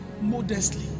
modestly